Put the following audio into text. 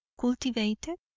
cultivated